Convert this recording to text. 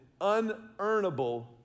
unearnable